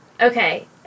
Okay